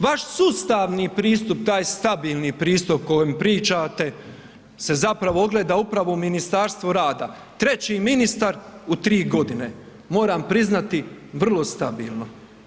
Vaš sustavi pristup, taj stabilni pristup o kojem pričate se zapravo ogleda upravo u Ministarstvu rada, treći ministar u tri godine, moram priznati vrlo stabilno.